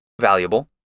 valuable